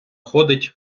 ходить